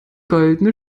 goldene